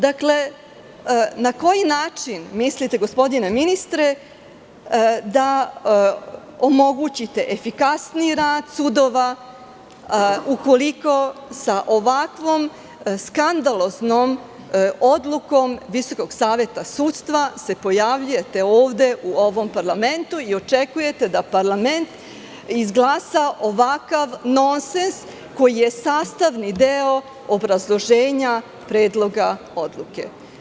Dakle, na koji način, mislite gospodine ministre da omogućite efikasniji rad sudova, ukoliko sa ovakvom skandaloznom odlukom Visokog saveta sudstva se pojavljujete ovde u ovom parlamentu i očekujete da parlament izglasa ovakav nonses, koji je sastavni deo obrazloženja Predloga odluke.